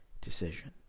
decision